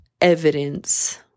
evidence